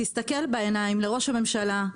תסתכל בעיניים לראש הממשלה,